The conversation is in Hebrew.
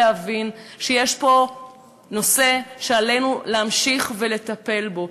להבין שיש פה נושא שעלינו להמשיך ולטפל בו.